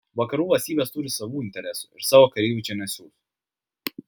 vakarų valstybės turi savų interesų ir savo kareivių čia nesiųs